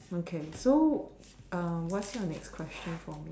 okay so what's your next question for me